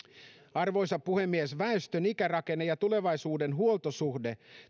arvoisa puhemies väestön ikärakenne ja tulevaisuuden huoltosuhde